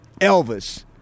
Elvis